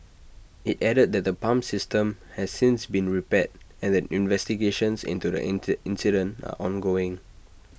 IT added that the pump system has since been repaired and that investigations into the int incident are ongoing